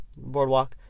Boardwalk